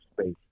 space